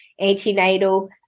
antenatal